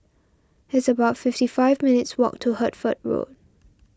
it's about fifty five minutes' walk to Hertford Road